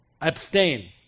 Abstain